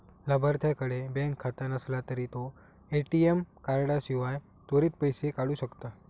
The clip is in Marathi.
लाभार्थ्याकडे बँक खाता नसला तरी तो ए.टी.एम कार्डाशिवाय त्वरित पैसो काढू शकता